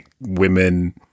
women